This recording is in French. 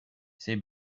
c’est